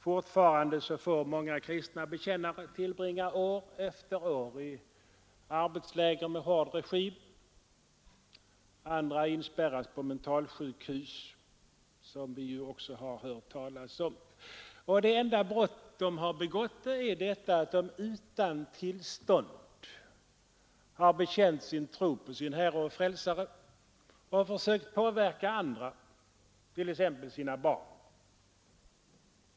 Fortfarande får många kristna bekännare tillbringa år efter år i arbetsläger med hård regim, andra inspärras på mentalsjukhus. Det enda brott de har begått är att de utan tillstånd bekänt sin tro på sin Herre och Frälsare och försökt påverka andra, t.ex. sina barn.